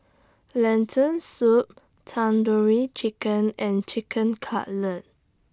Lentil Soup Tandoori Chicken and Chicken Cutlet